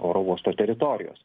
oro uosto teritorijos